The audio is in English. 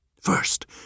First